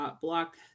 Block